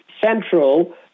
central